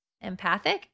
empathic